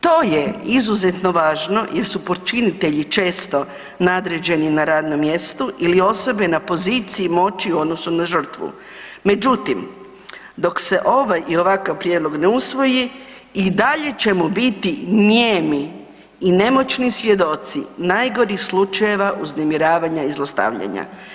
To je izuzetno važno jer su počinitelji često nadređeni na radnom mjestu ili osobe na poziciji moći u odnosu na žrtvu, međutim dok se ovaj i ovakav prijedlog ne usvoji, i dalje ćemo biti nijemi i nemoći svjedoci najgorih slučajeva uznemiravanja i zlostavljanja.